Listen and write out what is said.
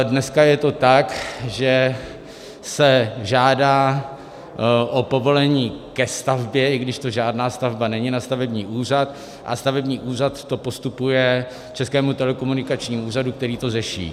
Dneska je to tak, že se žádá o povolení ke stavbě, i když to žádná stavba není, na stavební úřad a stavební úřad to postupuje Českému telekomunikačnímu úřadu, který to řeší.